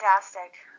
fantastic